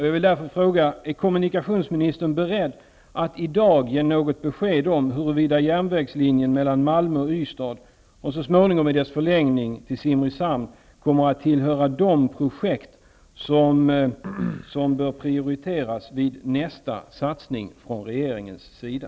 Jag vill därför fråga om kommunikationsministern i dag är beredd att ge något besked om huruvida järnvägslinjen Malmö-- Simrishamn, kommer att tillhöra de projekt som bör prioriteras vid nästa satsning från regeringens sida.